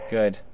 Good